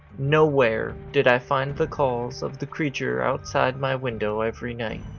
no where did i find the calls of the creatures outside my window every night